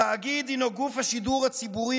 התאגיד הוא גוף השידור הציבורי.